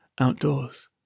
outdoors